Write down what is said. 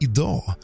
Idag